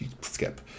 Skip